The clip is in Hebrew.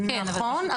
נכון,